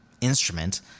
instrument